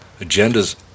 Agendas